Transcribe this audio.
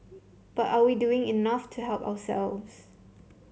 but are we doing enough to help ourselves